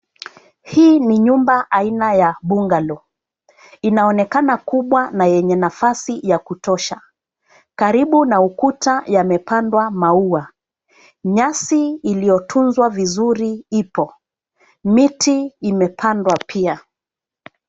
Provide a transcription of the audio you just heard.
Hii ni nyumba aina ya bungalow . Inaonekana kubwa na yenye nafasi ya kutosha. Karibu na ukuta yamepandwa maua. Nyasi iliyotunzwa vizuri ipo. Miti imepandwa pia.